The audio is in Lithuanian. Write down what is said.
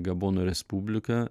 gabono respubliką